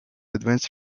advanced